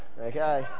okay